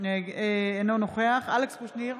אינו נוכח אלכס קושניר,